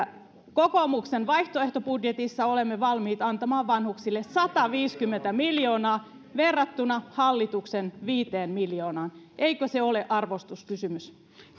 kokoomuksen vaihtoehtobudjetissa olemme valmiit antamaan vanhuksille sataviisikymmentä miljoonaa verrattuna hallituksen viiteen miljoonaan eikö se ole arvostuskysymys